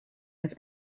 have